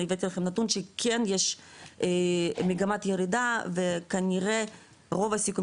הבאתי לכם נתון שכן יש מגמת ירידה וכנראה רוב הסיכויים